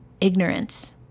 ignorance